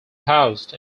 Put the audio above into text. housed